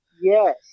Yes